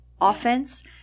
offense